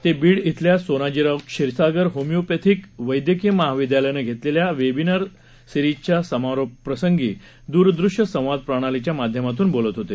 ते बीड खेल्या सोनाजीराव क्षीरसागर होमिओपॅथिक वेद्यकीय महाविद्यालयानं घेतलेल्या वेबिनार सीरिजच्या समारोपप्रसंगी दूरदृश्य संवाद प्रणालीच्या माध्यमातून बोलत होते